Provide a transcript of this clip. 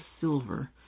silver